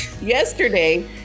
yesterday